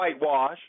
whitewash